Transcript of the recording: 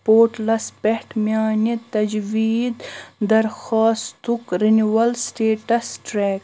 پورٹلَس پٮ۪ٹھ میٛانہِ تَجدیٖد درخوٛاستُک رِنِوَل سٹیٹَس ٹرٚیک